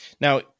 Now –